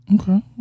Okay